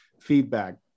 feedback